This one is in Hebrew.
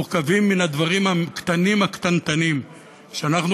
מורכבים מן הדברים הקטנים הקטנטנים שאנחנו